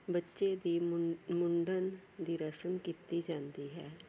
ਬੱਚੇ ਦੀ ਮੁੰ ਮੁੰਡਨ ਦੀ ਰਸਮ ਕੀਤੀ ਜਾਂਦੀ ਹੈ